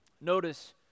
Notice